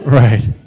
right